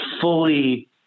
fully